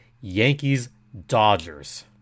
Yankees-Dodgers